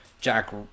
Jack